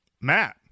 Matt